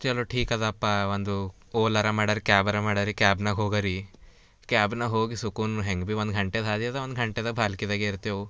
ಚಲೊ ಠೀಕದಪ್ಪ ಒಂದು ಓಲಾರ ಮಾಡರಿ ಕ್ಯಾಬರ ಮಾಡರಿ ಕ್ಯಾಬ್ನಾಗೆ ಹೋಗರಿ ಕ್ಯಾಬ್ನಾಗೆ ಹೋಗಿ ಸುಕುನ್ ಹೆಂಗೆ ಭಿ ಒಂದು ಘಂಟೆ ಹಾದಿ ಅದ ಒಂದು ಘಂಟೆದಾಗ ಬಾಲ್ಕಿದಾಗೆ ಇರ್ತೆವು